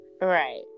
Right